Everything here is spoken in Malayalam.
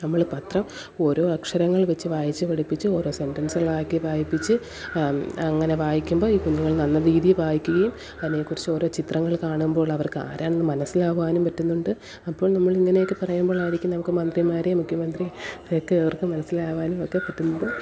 നമ്മൾ പത്രം ഓരോ അക്ഷരങ്ങൾ വെച്ച് വായിച്ച് പഠിപ്പിച്ച് ഓരോ സെൻ്റെൻസുകളാക്കി വായിപ്പിച്ച് അങ്ങനെ വായിക്കുമ്പോൾ ഈ കുഞ്ഞുങ്ങൾ നല്ല രീതിയിൽ വായിക്കുകയും അതിനെ കുറിച്ചോരോ ചിത്രങ്ങൾ കാണുമ്പോൾ അവരൊക്കെ ആരാണെന്ന് മനസ്സിലാവാനും പറ്റുന്നുണ്ട് അപ്പോൾ നമ്മൾ ഇങ്ങനെയൊക്കെ പറയുമ്പോളായിരിക്കും നമുക്ക് മന്ത്രിമാരെ മുഖ്യമന്ത്രി ഒക്കെ അവർക്ക് മനസ്സിലാവാനും ഒക്കെ പറ്റുന്നത്